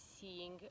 seeing